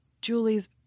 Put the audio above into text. Julie's